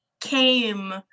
came